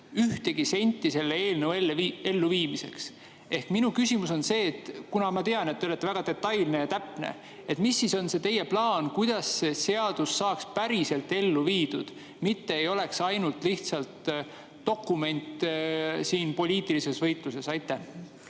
ühtegi senti selles eelnõus toodu elluviimiseks. Minu küsimus on see: kuna ma tean, et te olete väga detailne ja täpne, mis siis on teie plaan? Kuidas see seadus saaks päriselt ellu viidud, mitte ei oleks ainult üks dokument poliitilises võitluses? Aitäh!